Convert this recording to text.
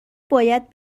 باید